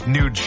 New